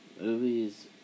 movies